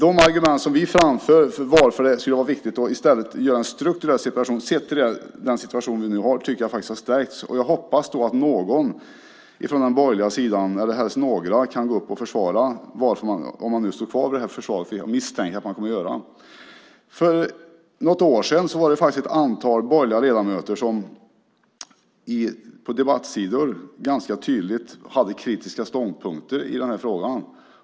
De argument som vi framför för att det skulle vara riktigt att i stället göra en strukturell separation, sett till den situation vi har nu, tycker jag faktiskt har stärkts. Jag hoppas att någon från den borgerliga sidan, helst några, kan gå upp och försvara detta, om man nu står kvar vid det här förslaget, vilket jag misstänker att man kommer att göra. För något år sedan var det faktiskt ett antal borgerliga ledamöter som på debattsidor ganska tydligt framförde kritiska ståndpunkter i den här frågan.